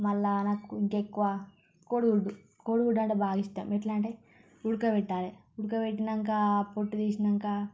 మళ్ళా నాకు ఇంకెక్కువ కోడిగుడ్డు కోడి గుడ్డంటే బాగా ఇష్టం ఎట్లా అంటే ఉడకబెట్టాలి ఉడకబెట్టినంక పొట్టు తీసినంక